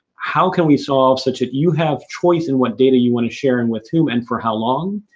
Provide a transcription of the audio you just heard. how can we solve such a, you have choice in what data you want to share and with whom, and for how long.